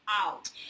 out